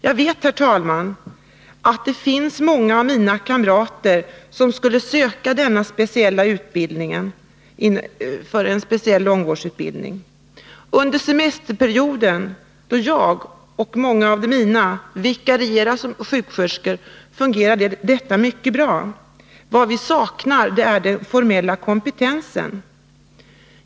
Jag vet, herr talman, att många av mina kamrater skulle söka en speciell långvårdsutbildning. Under semesterperioden då jag och många av mina kamrater vikarierar som sjuksköterskor fungerar det mycket bra. Vad vi saknar är den formella kompetensen.